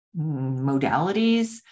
modalities